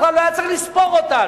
בכלל לא היה צריך לספור אותנו.